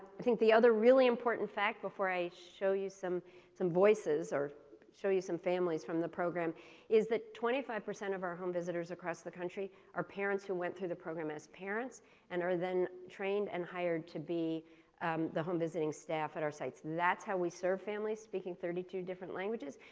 i think the other really important fact before i show you some some voices or show you some families from the program is that twenty five percent of our home visitors across the country are parents who went to the program as parents and are then trained and hired to be um the home visiting staff at our sites. that's how we serve families speaking thirty two different languages.